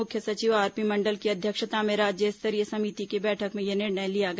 मुख्य सचिव आरपी मंडल की अध्यक्षता में राज्य स्तरीय समिति की बैठक में यह निर्णय लिया गया